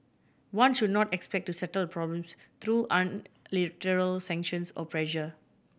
one should not expect to settle the problems through unilateral sanctions or pressure